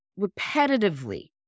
repetitively